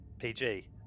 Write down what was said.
pg